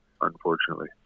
unfortunately